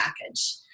package